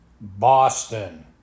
Boston